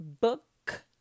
book